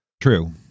true